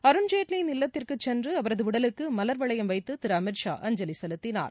அருண்ஜேட்லியின் இல்லத்திற்குச் சென்று அவரது உடலுக்கு மலர்வளையம் வைத்து திரு அமித் ஷா அஞ்சலி செலுத்தினார்